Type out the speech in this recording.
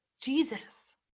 Jesus